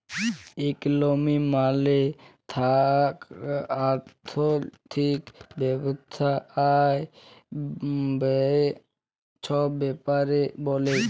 ইকলমি মালে আথ্থিক ব্যবস্থা আয়, ব্যায়ে ছব ব্যাপারে ব্যলে